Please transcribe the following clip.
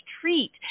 treat